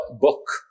book